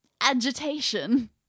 agitation